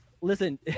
listen